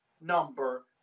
number